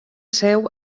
seu